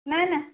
ନା ନା